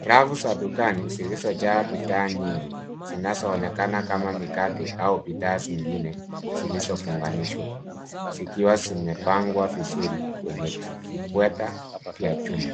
rafu za dukani zilizojaa bidhaa nyingi zinazoonekana kama mikate au bidhaa zingine, zilizofunganishwa, zikiwa zimepangwa vizuri kwenye vipweta vya chuma.